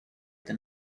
than